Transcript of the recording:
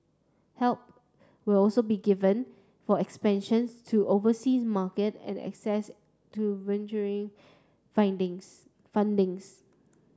help will also be given for expansion to overseas market and access to venture